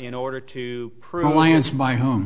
in order to prove why it's my home